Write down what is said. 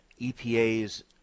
EPA's